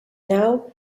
now